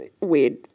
weird